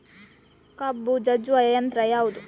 ಕಬ್ಬು ಜಜ್ಜುವ ಯಂತ್ರ ಯಾವುದು?